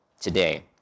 today